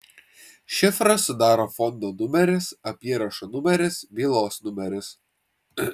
šifrą sudaro fondo numeris apyrašo numeris bylos numeris